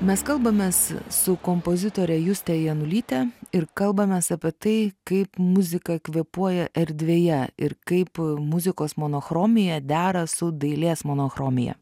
mes kalbamės su kompozitore juste janulyte ir kalbamės apie tai kaip muzika kvėpuoja erdvėje ir kaip muzikos monochromija dera su dailės monochromija